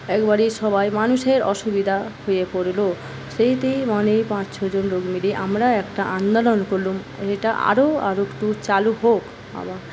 একবারেই সবাই মানুষের অসুবিধা হয়ে পড়ল সেইতেই মনে পাঁচ ছজন লোক মিলিয়ে আমরা একটা আন্দোলন করলাম এটা আরও আরও একটু চালু হোক আবার